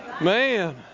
Man